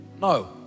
no